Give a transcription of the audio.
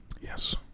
Yes